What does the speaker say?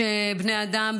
שבני אדם,